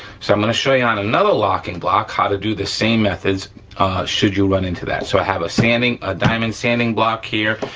so i'm gonna show you on another locking block how to do the same methods should you run into that. so i have a ah diamond sanding block here,